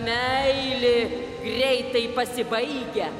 meilė greitai pasibaigia